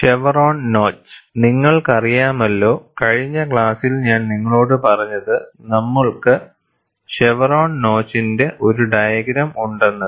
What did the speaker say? chevron notch നിങ്ങൾക്കറിയാമല്ലോ കഴിഞ്ഞ ക്ലാസ്സിൽ ഞാൻ നിങ്ങളോട് പറഞ്ഞത് നമ്മൾക്ക് ഷെവ്റോൺ നോച്ചിന്റെ ഒരു ഡയഗ്രം ഉണ്ടെന്നത്